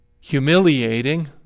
humiliating